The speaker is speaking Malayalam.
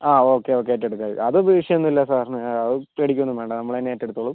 അ ഓക്കേ ഓക്കേ ഏറ്റെടുക്കാം അത് വിഷയം ഒന്നുമില്ല സാറിന് പേടിക്കുവൊന്നും വേണ്ട നമ്മള് തന്നെ ഏറ്റെടുത്തോളും